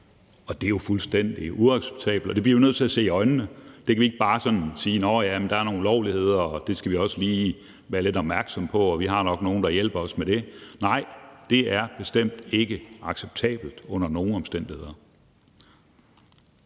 og det er jo fuldstændig uacceptabelt, og det bliver vi nødt til at se i øjnene. Vi kan ikke bare sige: Nå ja, der er nogle ulovligheder, og det skal vi også lige være lidt opmærksomme på, og vi har nok nogle, der hjælper os med det. Nej, det er bestemt ikke acceptabelt under nogen omstændigheder.